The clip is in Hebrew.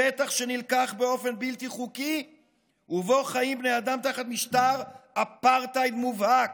שטח שנלקח באופן בלתי חוקי ובו חיים בני אדם תחת משטר אפרטהייד מובהק.